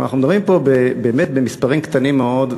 כלומר, אנחנו מדברים פה במספרים קטנים מאוד.